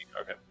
Okay